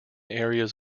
areas